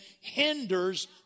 hinders